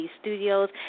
Studios